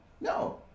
no